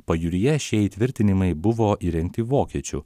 pajūryje šie įtvirtinimai buvo įrengti vokiečių